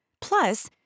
Plus